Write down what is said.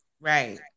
Right